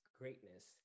greatness